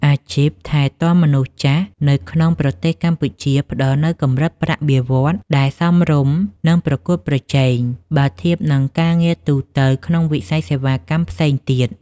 អាជីពថែទាំមនុស្សចាស់នៅក្នុងប្រទេសកម្ពុជា ផ្តល់នូវកម្រិតប្រាក់បៀវត្សរ៍ដែលសមរម្យ និងប្រកួតប្រជែង បើធៀបនឹងការងារទូទៅក្នុងវិស័យសេវាកម្មផ្សេងទៀត។